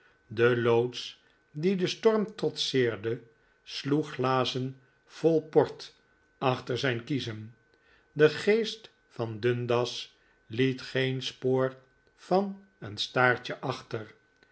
de loods die den storm trotseerde sloeg glazen vol port achter zijn kiezen de geest van dundas liet geen spoor van een staartje achter